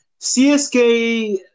CSK